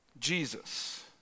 Jesus